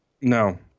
No